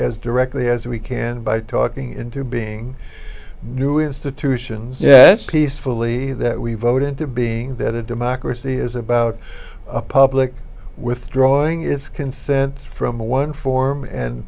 as directly as we can by talking into being new institutions yet peacefully that we vote into being that a democracy is about public withdrawing its consent from one form and